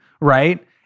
right—